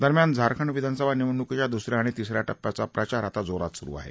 दरम्यान झारखंड विधानसभा निवडणूकीच्या दुस या आणि तिस या टप्प्याचा प्रचार आता जोरात सुरु आहे